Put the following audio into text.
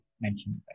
mentioned